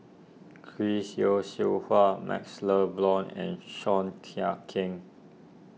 Chris Yeo Siew Hua MaxLe Blond and Seah Kian Keng